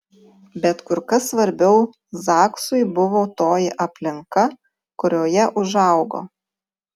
bet kur kas svarbiau zaksui buvo toji aplinka kurioje užaugo